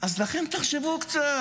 לכן,